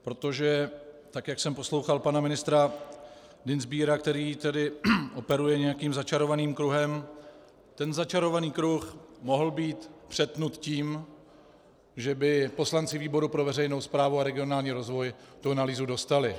Protože tak jak jsem poslouchal pana ministra Dienstbiera, který operuje nějakým začarovaným kruhem, ten začarovaný kruh mohl být přetnut tím, že by poslanci výboru pro veřejnou správu a regionální rozvoj tu analýzu dostali.